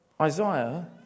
Isaiah